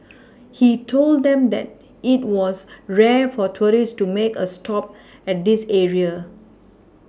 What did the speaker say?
he told them that it was rare for tourists to make a stop at this area